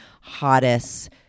hottest